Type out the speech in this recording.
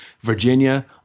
Virginia